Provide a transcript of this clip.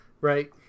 Right